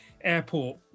airport